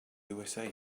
usa